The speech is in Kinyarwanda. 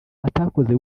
atakoze